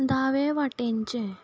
दावे वाटेनचें